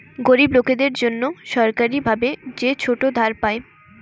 গরিব লোকদের জন্যে সরকারি ভাবে যে ছোট ধার পায়